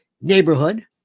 neighborhood